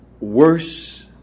worse